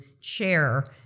chair